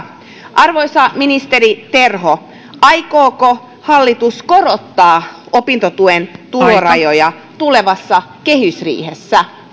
arvoisa ministeri terho aikooko hallitus korottaa opintotuen tulorajoja tulevassa kehysriihessä